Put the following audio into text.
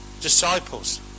disciples